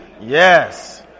Yes